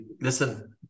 listen